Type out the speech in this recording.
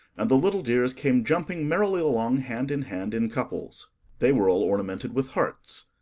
and the little dears came jumping merrily along hand in hand, in couples they were all ornamented with hearts.